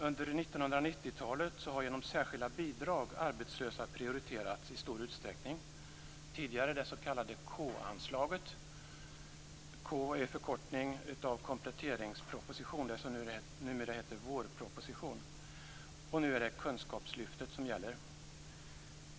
Under 1990-talet har genom särskilda bidrag arbetslösa prioriterats i stor utsträckning. Tidigare fanns det s.k. K-anslaget. K är en förkortning av kompletteringsproposition, det som numera heter vårproposition. Nu är det kunskapslyftet som gäller.